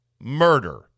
Murder